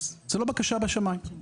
אז זאת לא בקשה בשמים.